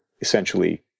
essentially